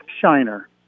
Shiner